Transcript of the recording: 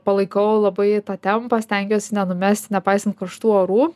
palaikau labai tą tempą stengiuosi nenumesti nepaisant karštų orų